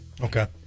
Okay